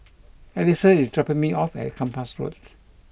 Alisa is dropping me off at Kempas Road